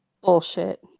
Bullshit